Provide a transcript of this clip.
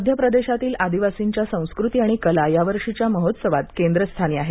मध्यप्रदेशातील आदिवासींच्या संस्कृती आणि कला या वर्षीच्या महोत्सवात केंद्रस्थानी आहेत